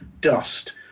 dust